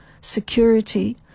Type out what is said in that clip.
security